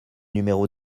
numéro